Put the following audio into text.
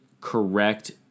correct